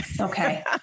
okay